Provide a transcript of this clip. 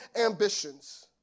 ambitions